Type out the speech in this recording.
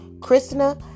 Krishna